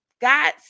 God